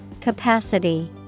Capacity